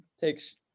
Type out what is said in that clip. takes